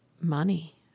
money